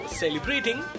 celebrating